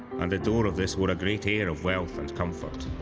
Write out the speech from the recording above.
and the door of this wore a great air of wealth and comfort.